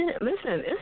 listen